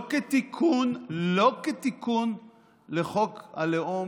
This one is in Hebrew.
לא כתיקון לחוק הלאום,